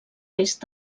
est